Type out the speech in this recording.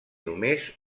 només